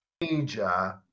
major